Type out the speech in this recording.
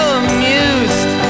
amused